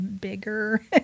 bigger